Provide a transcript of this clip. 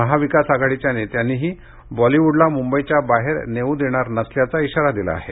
महाविकास आघाडीच्या नेत्यांनीही बॉलिवूडला मुंबईच्या बाहेर नेऊ देणार नसल्याचा इशारा दिला आहे